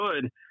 good